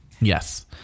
Yes